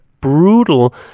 brutal